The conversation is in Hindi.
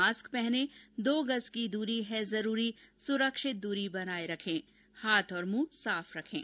मास्क पहनें दो गज़ की दूरी है जरूरी सुरक्षित दूरी बनाए रखें हाथ और मुंह साफ रखें